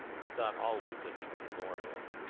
we thought always of the immemorial.